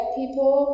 people